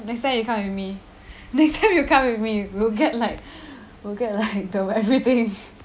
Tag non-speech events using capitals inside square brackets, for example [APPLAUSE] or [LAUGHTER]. next time you come with me [LAUGHS] next time you come with me [LAUGHS] we'll get like we'll get like the everything [LAUGHS]